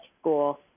school